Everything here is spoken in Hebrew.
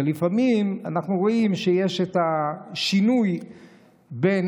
לפעמים אנחנו רואים שיש את השינוי בין